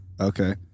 okay